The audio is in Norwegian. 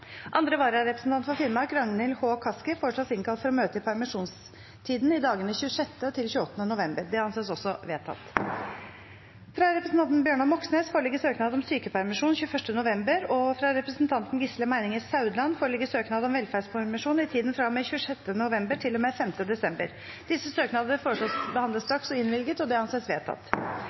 Andre vararepresentant for Finnmark, Ragnhild H. Kaski , innkalles for å møte i permisjonstiden i dagene 26. til 28. november. Fra representanten Bjørnar Moxnes foreligger søknad om sykepermisjon 21. november, og fra representanten Gisle Meininger Saudland foreligger søknad om velferdspermisjon i tiden fra og med 26. november til og med 5. desember. Etter forslag fra presidenten ble enstemmig besluttet: Søknadene behandles straks og